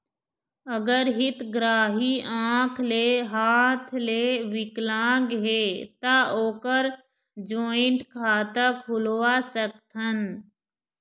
अगर हितग्राही आंख ले हाथ ले विकलांग हे ता ओकर जॉइंट खाता खुलवा सकथन?